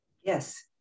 Yes